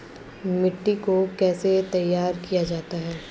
मिट्टी को कैसे तैयार किया जाता है?